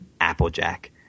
Applejack